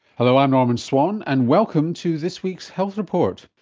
hello, i'm norman swan, and welcome to this week's health report.